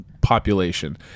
population